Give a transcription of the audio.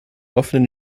offenen